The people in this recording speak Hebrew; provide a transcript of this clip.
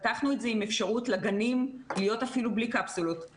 הם מתערבבים בהפסקות, הם מתערבבים